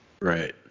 Right